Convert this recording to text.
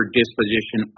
disposition